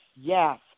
yes